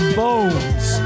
bones